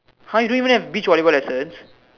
!huh! you don't even have beach volleyball lessons